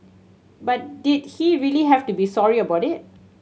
but did he really have to be sorry about it